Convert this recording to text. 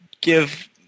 give